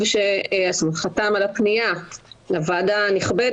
וזה באמת היה עולה המון כסף,